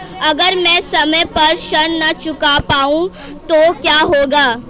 अगर म ैं समय पर ऋण न चुका पाउँ तो क्या होगा?